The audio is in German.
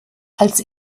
als